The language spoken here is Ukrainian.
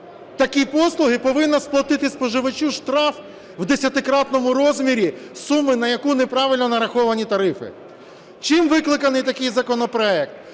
такі послуги, повинна сплатити споживачу штраф в 10-кратному розмірі суми, на яку неправильно нараховані тарифи. Чим викликаний такий законопроект?